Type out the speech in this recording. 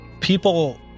people